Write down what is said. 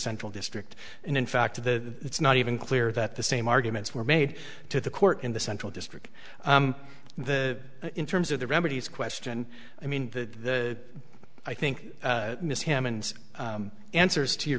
central district and in fact the it's not even clear that the same arguments were made to the court in the central district the in terms of the remedies question i mean the i think miss him and answers to your